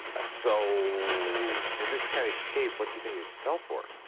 ah so in this kind of shape, what do you think it would sell for?